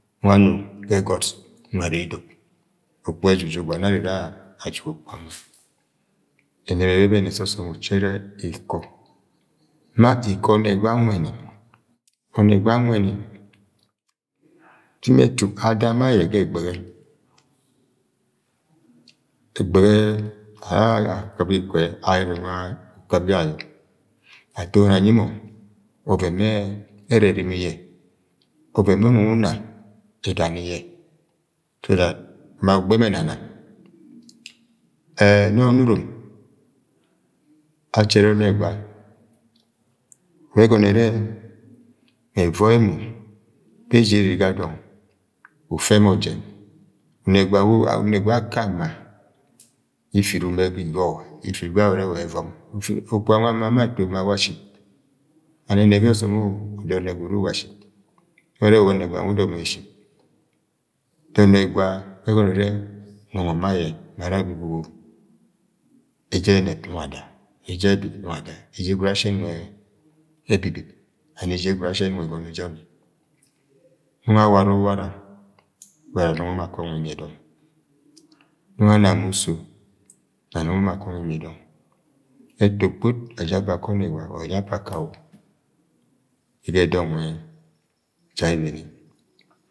Wanu ẹgọt nungo are ga idok Okpuga ẹjujuk wanọ are ara ajuk Okpuga ẹnẹb ẹbẹbẹnẹ, sẹ ọsọm uchẹrẹ ikọ, nọ ato ikọ onegwa anwẹni one gwa anweni fimi ẹtu ada ma ayẹ ga egbẹgẹ ẹgbẹgẹ a-a- akɨp iko-e-ayẹ ubọni ukɨp yẹ ayọ aton anyi mọ ọvẹn bẹ-e ẹrẹ ẹrimi yẹ ọvẹn mu-unung una egani yẹ so dat, ma ugbẹ mo ẹnana e-e- nọ Orurom, achẹrẹ Onẹgwa wẹ ẹgọnọ ẹrẹ-e mẹ ẹvọi mọ be ji ere ga dọng ufẹ mo jẹn ọnẹgwa wu ọnẹgwa aka ama ifit umẹg ga igọgọ ifit gwa urẹ wa ẹvọm if-f-Okpuga nwẹ ama mọ ato ma awa ship and ẹnẹb yẹ ọsọm uda ọnẹgwa uru uwa ship ẹwọrọ ẹrẹ wa ọnẹgwa nwẹ udọmọ yẹ ship da ọnẹgwa yẹ ẹgọnọ ẹrẹ-e nungo ma ayẹ mara eje ẹnẹb nungo ada eje ẹbib nungo ada eje gwud ashi enuuge-ẹbibi and eje gwud ashi enung ẹbọni ẹgọnọ eje ọnnẹ nungọ awara ọwara wara nungọ mọ akọngo ga imie dọng nungọ ana ma uso na nungọ mọ akọngọ ga imie dọng ẹtọ kpot ẹjẹ ebo akẹ onegwa or ẹjẹ ebo akawo ege dọng nwẹ da ebere.